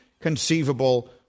conceivable